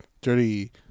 dirty